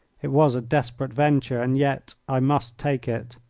it was a desperate venture, and yet i must take it.